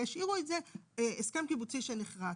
והשאירו את זה "הסכם קיבוצי שנכרת",